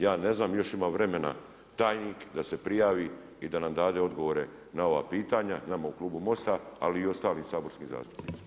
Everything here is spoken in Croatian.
Ja ne znam, još ima vremena tajnik da se prijavi i da nam dade odgovore na ova pitanja, nama u Klubu Mosta ali i ostalim saborskim zastupnicima.